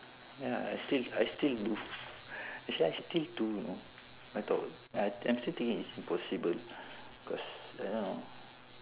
ya I still I still do actually I still do you know I thought uh I'm still thinking it's impossible cause uh